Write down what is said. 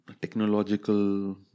technological